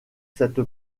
cette